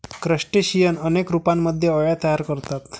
crustacean अनेक रूपांमध्ये अळ्या तयार करतात